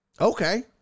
Okay